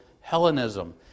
Hellenism